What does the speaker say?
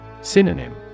Synonym